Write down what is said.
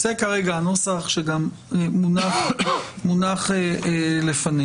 זה כרגע הנוסח שגם מונח לפנינו.